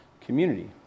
community